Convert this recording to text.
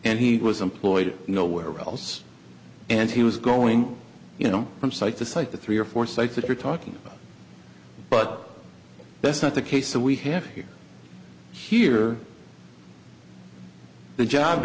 and he was employed nowhere else and he was going you know from site to site the three or four sites that you're talking about but that's not the case that we have here here the job